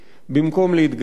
במקום להתגייס.